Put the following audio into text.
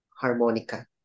harmonica